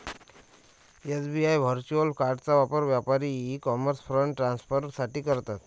SBI virtual कार्डचा वापर व्यापारी ई कॉमर्स फंड ट्रान्सफर साठी करतात